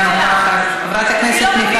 תודה רבה.